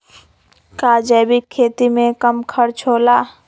का जैविक खेती में कम खर्च होला?